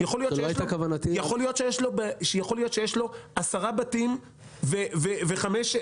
יכול להיות שיש לו עשרה בתים וחמישה